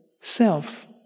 self